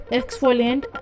exfoliant